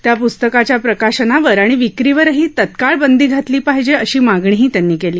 त्या प्स्तकाच्या प्रकाशनावर आणि विक्रीवरही तत्काळ बंदी घातली पाहिजे अशी मागणीही त्यांनी केली